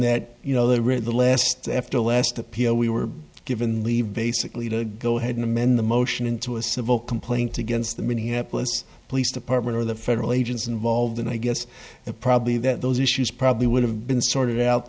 that you know they read the last after the last appeal we were given leave basically to go ahead and amend the motion into a civil complaint against the minneapolis police department or the federal agents involved and i guess the probably that those issues probably would have been sorted out